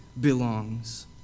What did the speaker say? belongs